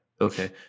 okay